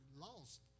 lost